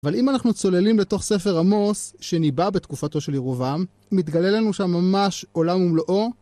אבל אם אנחנו צוללים לתוך ספר עמוס, שניבא בתקופתו של ירובעם, מתגלה לנו שם ממש עולם ומלואו.